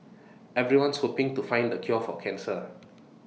everyone's hoping to find the cure for cancer